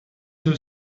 two